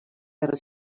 guerra